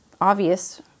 obvious